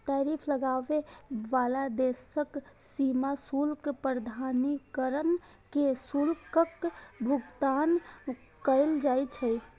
tariff लगाबै बला देशक सीमा शुल्क प्राधिकरण कें शुल्कक भुगतान कैल जाइ छै